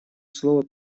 слово